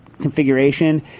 configuration